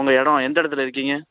உங்கள் எடம் எந்த இடத்துல இருக்கீங்க